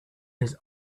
his